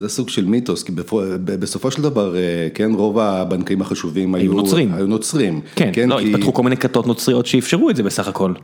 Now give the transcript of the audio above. זה סוג של מיתוס כי בסופו של דבר כן רוב הבנקאים החשובים היו נוצרים, כן לא, התפתחו כל מיני כתות נוצריות שאפשרו את זה בסך הכל.